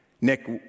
Nick